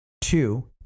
two